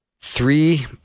three